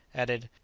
added,